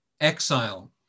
exile